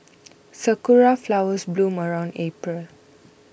sakura flowers bloom around April